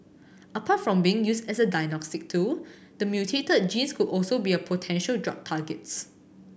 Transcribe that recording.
apart from being used as a diagnostic tool the mutated genes could also be potential drug targets